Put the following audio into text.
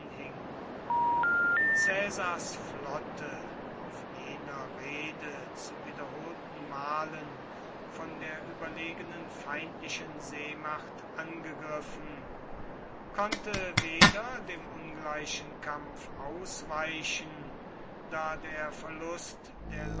hing caesars flotte auf jener reede zu wiederholten malen von der überlegenen feindlichen seemacht angegriffen konnte weder dem ungleichen kampf ausweichen da der verlust der